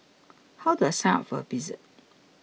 how do I sign up for a visit